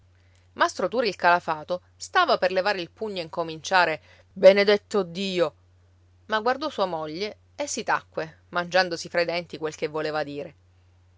mastro turi il calafato stava per levare il pugno e incominciare benedetto dio ma guardò sua moglie e si tacque mangiandosi fra i denti quel che voleva dire